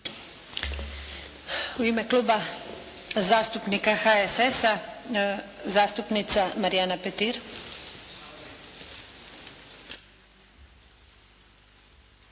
U ime Kluba zastupnika HSS-a zastupnica Marijana Petir.